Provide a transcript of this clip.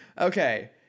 Okay